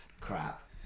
Crap